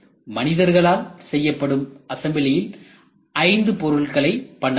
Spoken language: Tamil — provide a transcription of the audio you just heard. மனிதர்களால் செய்யப்படும் அசம்பிளியில் 5 பொருட்களை பண்ணலாம்